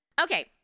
Okay